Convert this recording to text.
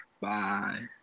Bye